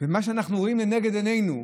במה שאנחנו רואים לנגד עינינו,